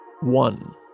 one